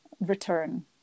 return